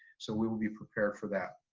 so we will be prepared for that.